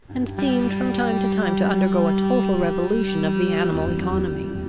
and seemed from time to time to undergo a total revolution of the animal economy.